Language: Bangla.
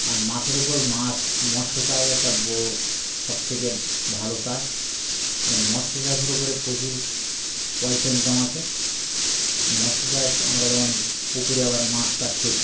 আর মাছের ওপর মাছ মৎস্য চাষ একটা বড়ো সব থেকে ভালো চাষ মৎস্য চাষের ওপরে প্রচুর পয়সা ইনকাম আসে মৎস্য চাষ আমরা যেমন পুকুরে আবার মাছ চাষ করি